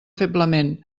feblement